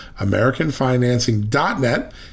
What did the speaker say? AmericanFinancing.net